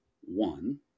one